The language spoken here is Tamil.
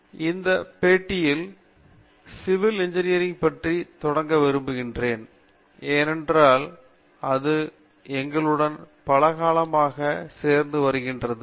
பேராசிரியர் பிரதாப் ஹரிதாஸ் இந்த பேட்டியில் சிவில் இன்ஜினியரிங் பற்றி தொடங்க விரும்புகிறேன் ஏனென்றால் அது எங்களுடன் பல காலமாக சேர்த்து வருகிறது